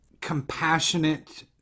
compassionate